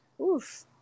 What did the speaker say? Oof